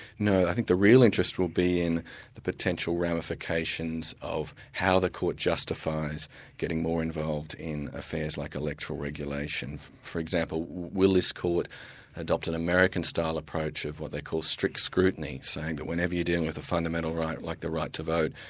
no, i think the real interest will be in the potential ramifications of how the court justifies getting more involved in affairs like electoral regulation. for example, will this court adopt an american-style approach of what they call strict scrutiny, saying that whenever you're dealing with a fundamental right, like the right to vote,